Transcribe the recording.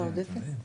ב-2021?